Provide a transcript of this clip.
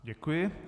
Děkuji.